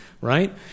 right